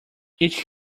each